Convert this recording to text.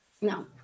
No